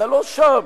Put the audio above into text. אתה לא שם.